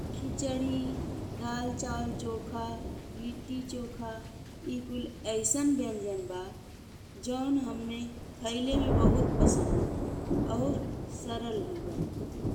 खिचड़ी, दाल-चावल-चोखा, लिट्टी चोखा ए कुल अइसन व्यंजन बा जौन हम्मे खाएल में बहुत पसंद बा और सरल भी बा।